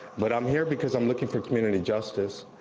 but i'm here because i'm looking for community justice,